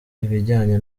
ibijyanye